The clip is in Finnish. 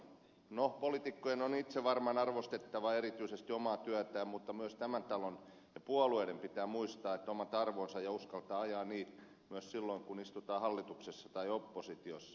no poliitikkojen on itse varmaan arvostettava erityisesti omaa työtään mutta myös tämän talon ja puolueiden pitää muistaa omat arvonsa ja uskaltaa ajaa niitä istutaan sitten hallituksessa tai oppositiossa